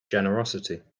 generosity